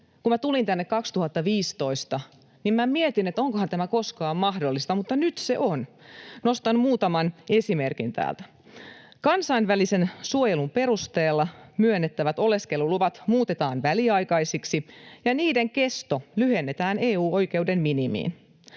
minä tulin tänne 2015, niin minä mietin, onkohan tämä koskaan mahdollista, mutta nyt se on. Nostan muutaman esimerkin täältä. Kansainvälisen suojelun perusteella myönnettävät oleskeluluvat muutetaan väliaikaisiksi ja niiden kesto lyhennetään EU-oikeuden minimiin.